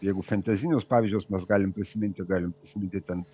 jeigu fentezinius pavyzdžius mes galim prisiminti galim prisiminti ten